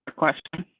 question.